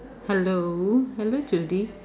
hello hello Judy